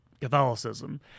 Catholicism